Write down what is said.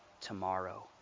tomorrow